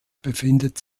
befindet